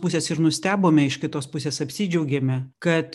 pusės ir nustebome iš kitos pusės apsidžiaugėme kad